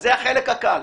אז זה החלק הקל.